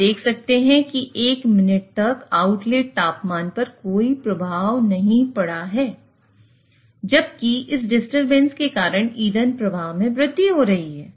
आप देख सकते हैं कि एक मिनट तक आउटलेट तापमान पर कोई प्रभाव नहीं पड़ता है जबकि इस डिस्टरबेंस के कारण ईंधन प्रवाह में वृद्धि हो रही है